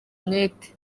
umwete